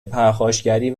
پرخاشگری